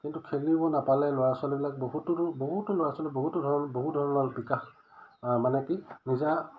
কিন্তু খেলিব নাপালে ল'ৰা ছোৱালীবিলাক বহুতো বহুতো ল'ৰা ছোৱালী বহুতো ধৰণৰ বহুত ধৰণৰ বিকাশ মানে কি নিজা